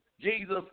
Jesus